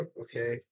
Okay